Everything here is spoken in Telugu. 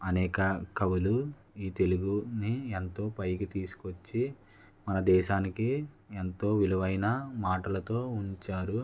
అనేక కవులు ఈ తెలుగుని ఎంతో పైకి తీసుకొచ్చి మన దేశానికి ఎంతో విలువైన మాటలతో ఉంచారు